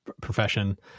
profession